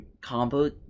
Combo